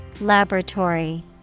Laboratory